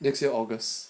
next year august